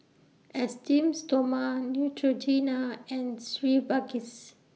Esteem Stoma Neutrogena and